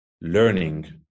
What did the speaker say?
learning